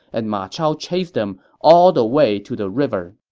and ma chao chased them all the way to the river.